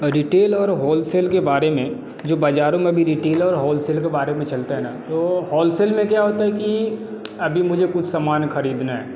retail और wholesale के बारे में जो बाज़ारों में अभी रिटेल और होलसेल के बारे में चलते है ना तो होलसेल में क्या होता है कि अभी मुझे कुछ सामान ख़रीदना है